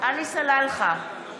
עלי סלאלחה,